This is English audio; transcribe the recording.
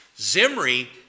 Zimri